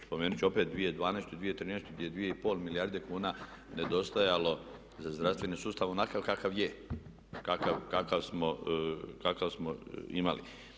Spomenut ću opet 2012. i 2013. gdje je 2,5 milijarde kuna nedostajalo za zdravstveni sustav onakav kakav je, kakav smo imali.